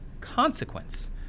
consequence